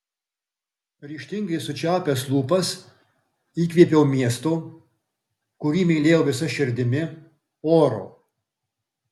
ryžtingai sučiaupęs lūpas įkvėpiau miesto kurį mylėjau visa širdimi oro